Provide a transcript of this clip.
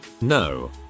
No